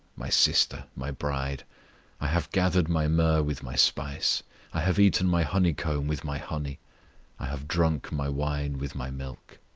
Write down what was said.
my sister, my bride i have gathered my myrrh with my spice i have eaten my honeycomb with my honey i have drunk my wine with my milk.